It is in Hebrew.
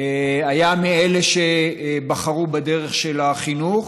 היה מאלה שבחרו בדרך של החינוך.